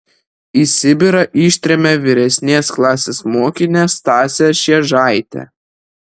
į sibirą ištrėmė vyresnės klasės mokinę stasę šėžaitę